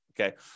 Okay